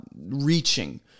reaching